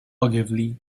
ogilvy